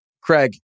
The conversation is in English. Craig